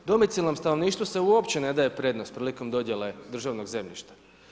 Domicilnom stanovništvu se uopće ne daje prednost prilikom dodjele državnog zemljišta.